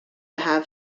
have